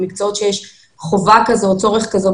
במקצועות שיש חובה כזאת וצורך כזה,